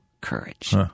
courage